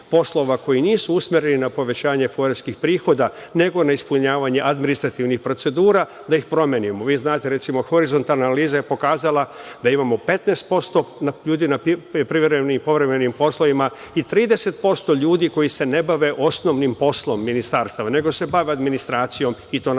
koji nisu usmereni na povećanje poreskih prihoda, nego na ispunjavanja administrativnih procedura, da ih promenimo. Vi znate, recimo, horizontalna analiza je pokazala da imamo 15% ljudi na privremeni i povremenim poslovima i 30% ljudi koji se ne bave osnovnim poslom ministarstva, nego se bave administracijom i to na stari